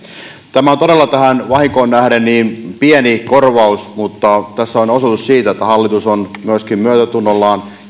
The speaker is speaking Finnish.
tämä on todella tähän vahinkoon nähden pieni korvaus mutta tässä on osoitus siitä että hallitus on myöskin myötätunnollaan